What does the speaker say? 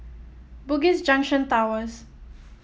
Bugis Junction Towers